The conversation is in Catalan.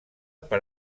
per